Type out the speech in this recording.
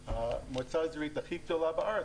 המועצה האזורית הכי גדולה בארץ,